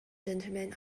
gentlemen